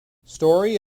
story